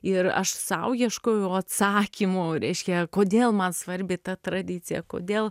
ir aš sau ieškojau atsakymų reiškia kodėl man svarbi ta tradicija kodėl